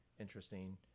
interesting